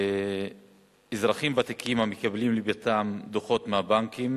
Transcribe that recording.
אזרחים ותיקים המקבלים לביתם דוחות מהבנקים